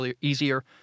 easier